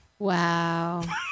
wow